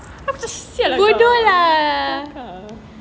kau macam sia lah kau